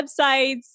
websites